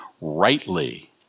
rightly